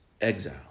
exile